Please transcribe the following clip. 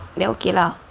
then okay lah